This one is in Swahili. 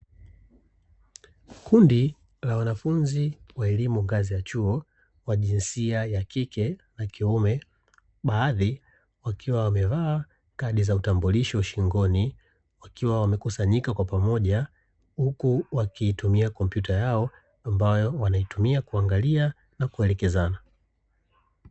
Kundi la wanafunzi wa elimu ngazi ya chuo wa jinsia ya kike na kiume baadhi wakiwa wamevaa kadi za utambulisho shingoni, wakiwa wamekusanyika kwa pamoja huku wakiitumia kompyuta yao ambayo wanaitumia kuangalia na kuelekezana.